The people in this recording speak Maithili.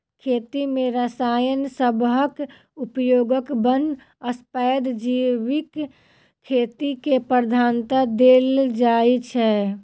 खेती मे रसायन सबहक उपयोगक बनस्पैत जैविक खेती केँ प्रधानता देल जाइ छै